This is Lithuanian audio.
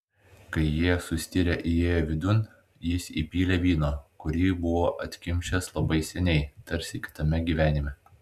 kai jie sustirę įėjo vidun jis įpylė vyno kurį buvo atkimšęs labai seniai tarsi kitame gyvenime